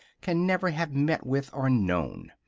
can never have met with, or known.